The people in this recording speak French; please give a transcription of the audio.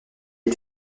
est